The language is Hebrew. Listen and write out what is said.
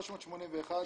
לתפוצות.